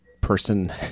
person